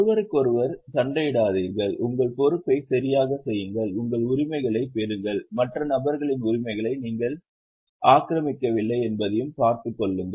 ஒருவருக்கொருவர் சண்டையிடாதீர்கள் உங்கள் பொறுப்பைச் சரியாகச் செய்யுங்கள் உங்கள் உரிமைகளைப் பெறுங்கள் மற்ற நபர்களின் உரிமைகளை நீங்கள் ஆக்கிரமிக்கவில்லை என்பதைப் பார்த்துக்கொள்ளுங்கள்